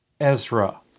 Ezra